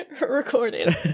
Recording